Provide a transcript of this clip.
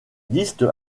liste